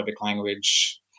language